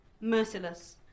merciless